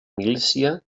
milícia